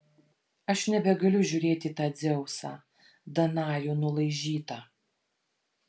aš nebegaliu žiūrėti į tą dzeusą danajų nulaižytą